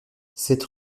cette